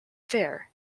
fair